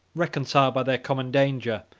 reconciled by their common danger,